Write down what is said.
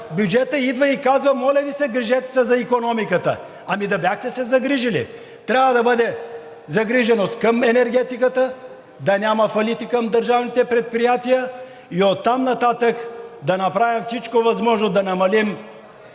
бюджета, идва и казва: „Моля Ви се, грижете се за икономиката!“ Ами да бяхте се загрижили. Трябва да бъде загриженост към енергетиката, да няма фалити, към държавните предприятия и оттам нататък да направим всичко възможно да намалим